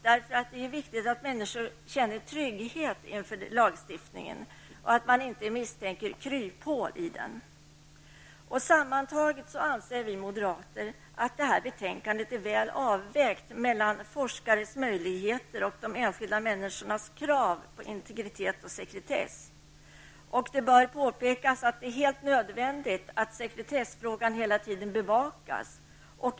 Det är viktigt att människor känner trygghet inför lagstiftningen och inte misstänker kryphål i den. Sammantaget anser vi moderater att detta betänkande är väl avvägt mellan forskares möjligheter och de enskilda människornas krav på integritet och sekretess. Det bör påpekas att det är helt nödvändigt att sekretessfrågan hela tiden bevakas.